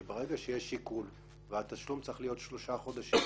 שברגע שיש עיקול והתשלום צריך להיות שלושה חודשים,